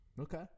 Okay